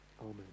Amen